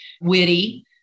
witty